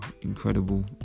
incredible